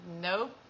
Nope